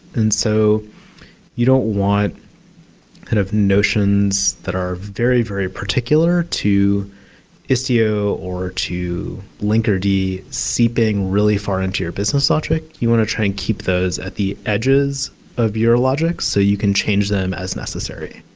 and so you don't want kind of notions that are very, very particular to istio or to linkerd sipping really far into your business logic. you want to try and keep those at the edges of your logic so you can change them as necessary.